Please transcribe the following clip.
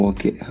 Okay